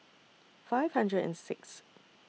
five hundred and Sixth